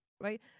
right